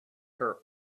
her